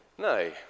No